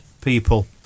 people